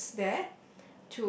groups there